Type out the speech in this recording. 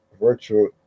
virtual